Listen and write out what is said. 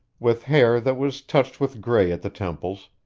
with hair that was touched with gray at the temples,